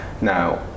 Now